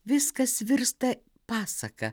viskas virsta pasaka